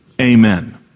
Amen